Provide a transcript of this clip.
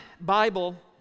Bible